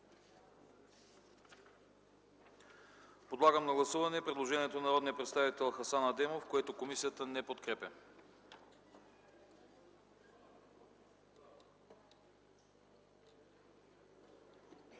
Подлагам на гласуване предложението на народния представител Хасан Адемов, което комисията не подкрепя.